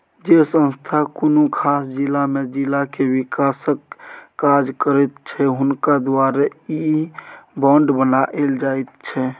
जे संस्था कुनु खास जिला में जिला के विकासक काज करैत छै हुनका द्वारे ई बांड बनायल जाइत छै